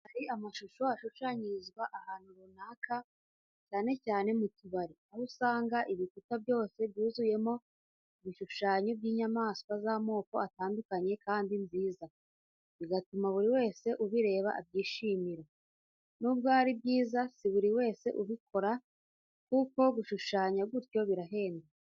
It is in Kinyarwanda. Hari amashusho ashushanyirizwa ahantu runaka, cyane cyane mu tubari, aho usanga ibikuta byose byuzuyeho ibishushanyo by’inyamanswa z’amoko atandukanye kandi nziza, bigatuma buri wese ubireba abyishimira. Nubwo ari byiza, si buri wese ubikora, kuko gushushanya gutyo birahenda.